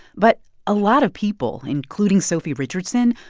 but a lot of people, including sophie richardson,